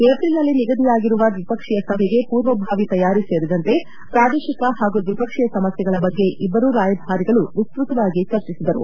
ಏಪ್ರಿಲ್ನಲ್ಲಿ ನಿಗದಿಯಾಗಿರುವ ದ್ವಿಪಕ್ಷೀಯ ಸಭೆಗೆ ಪೂರ್ವಭಾವಿ ತಯಾರಿ ಸೇರಿದಂತೆ ಪ್ರಾದೇಶಿಕ ಹಾಗೂ ದ್ವಿಪಕ್ಷೀಯ ಸಮಸ್ಥೆಗಳ ಬಗ್ಗೆ ಇಬ್ಬರೂ ರಾಯಭಾರಿಗಳು ವಿಸ್ತತವಾಗಿ ಚರ್ಚಿಸಿದರು